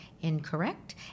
incorrect